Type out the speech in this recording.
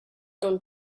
going